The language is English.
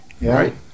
Right